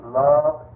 love